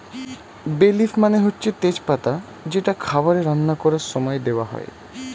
বে লিফ মানে হচ্ছে তেজ পাতা যেটা খাবারে রান্না করার সময়ে দেওয়া হয়